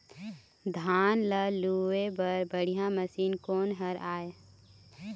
धान ला लुआय बर बढ़िया मशीन कोन हर आइ?